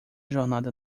jornada